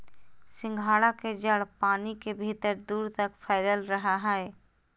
सिंघाड़ा के जड़ पानी के भीतर दूर तक फैलल रहा हइ